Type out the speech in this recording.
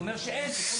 הוא אומר שאין טיפול